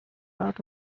out